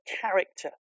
character